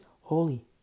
holy